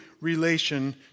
relation